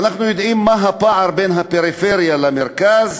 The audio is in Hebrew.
ואנחנו יודעים מה הפער בין הפריפריה למרכז,